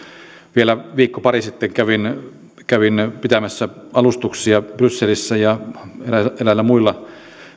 vielä viikko pari sitten kävin pitämässä alustuksia brysselissä ja eräillä muilla